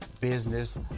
business